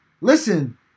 listen